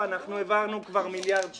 אנחנו העברנו כבר מיליארד שקל,